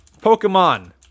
Pokemon